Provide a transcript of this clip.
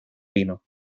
vino